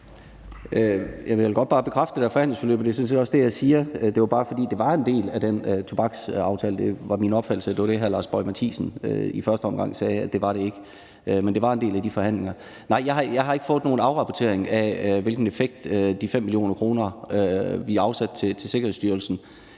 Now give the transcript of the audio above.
og det sådan set også det, jeg siger. Det var bare, fordi det var en del af den tobaksaftale – det var min opfattelse, at det var det, hr. Lars Boje Mathiesen i første omgang sagde at det ikke var. Men det var en del af de forhandlinger. Nej, jeg har ikke fået nogen afrapportering af, hvilken effekt de 5 mio. kr., vi afsatte til Sikkerhedsstyrelsen,